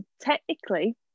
technically